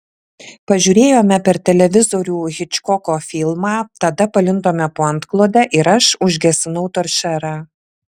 pažiūrėjome per televizorių hičkoko filmą tada palindome po antklode ir aš užgesinau toršerą